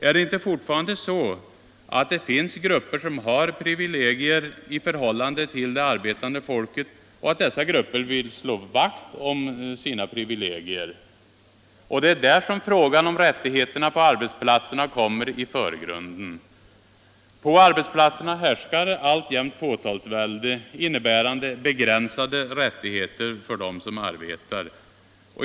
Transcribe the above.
Är det inte fortfarande så att det finns grupper som har privilegier i förhållande till Nr 150 det arbetande folket och att dessa grupper vill slå vakt om sina privilegier? Fredagen den Det är därför som frågan om rättigheterna på arbetsplatserna kommer 4 juni 1976 i förgrunden. — På arbetsplatserna råder alltjämt fåtalsvälde, innebärande begränsade = Frioch rättigheter i rättigheter för dem som arbetar.